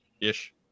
ish